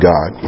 God